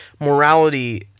morality